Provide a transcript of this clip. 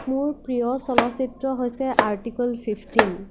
মোৰ প্ৰিয় চলচিত্ৰ হৈছে আৰ্টিকল ফিফ্টিন